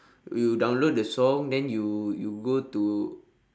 you download the song then you you go to